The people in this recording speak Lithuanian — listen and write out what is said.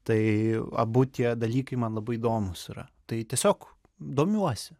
tai abu tie dalykai man labai įdomūs yra tai tiesiog domiuosi